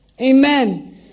Amen